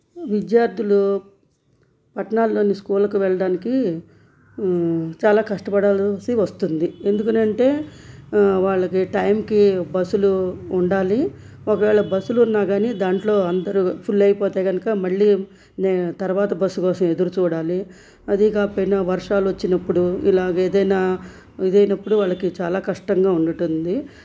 విద్యార్థులు పట్నాలోని స్కూళ్ళకు వెళ్ళడానికి చాలా కష్టపడాల్సి వస్తుంది ఎందుకంటే వాళ్ళకి టైంకి బస్సులు ఉండాలి ఒకవేళ బస్సులున్నా కానీ దాంట్లో అందరూ ఫులైపోతే కనుక మళ్ళీ నే తర్వాత బస్సు కోసం ఎదురుచూడాలి అది కాకపోయినా వర్షాలు వచ్చినప్పుడు ఇలాగేదైనా ఇదైనప్పుడు వాళ్ళకి చాలా కష్టంగా ఉంటుంది